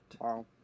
Wow